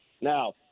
Now